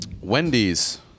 Wendy's